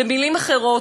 במילים אחרות,